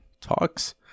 talks